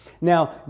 Now